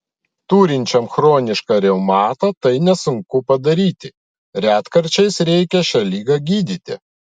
turinčiam chronišką reumatą tai nesunku padaryti retkarčiais reikia šią ligą gydyti